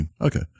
Okay